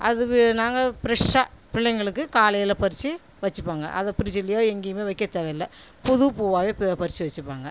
அதுவும் நாங்கள் ஃபிரஷ்ஷாக பிள்ளைங்களுக்கு காலையில் பறித்து வச்சுப்பாங்க அதை ஃபிரிட்ஜிலேயோ எங்கேயுமே வைக்க தேவையில்ல புதுப் பூவாகவே ப பறித்து வச்சுப்பாங்க